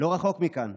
לא רחוק מכאן,